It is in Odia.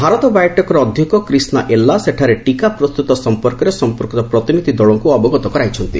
ଭାରତ ବାୟୋଟେକ୍ର ଅଧ୍ୟକ୍ଷ କ୍ରିଷ୍ଣା ଏଲ୍ଲା ସେଠାରେ ଟିକା ପ୍ରସ୍ତୁତ ସମ୍ପର୍କରେ ସମ୍ପୃକ୍ତ ପ୍ରତିନିଧି ଦଳଙ୍କୁ ଅବଗତ କରାଇଛନ୍ତି